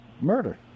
murder